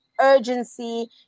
urgency